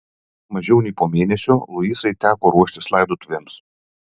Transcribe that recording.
mažiau nei po mėnesio luisai teko ruoštis laidotuvėms